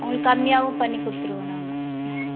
உங்களுக்கு கம்மியாகவும் பண்ணி கொடுத்துடுவோம் நாங்கள்